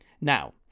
Now